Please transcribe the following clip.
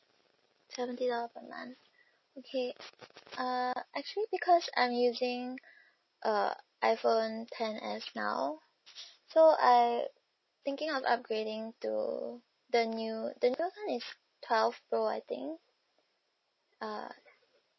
seventy dollar per month okay uh actually because I'm using uh iphone ten S now so I thinking of upgrading to the new the new phone is twelve pro I think err